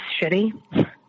shitty